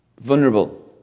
Vulnerable